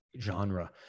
genre